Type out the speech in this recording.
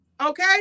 okay